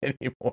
anymore